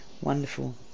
wonderful